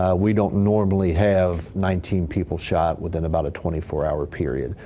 ah we don't normally have nineteen people shot within about a twenty four hour period.